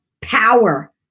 power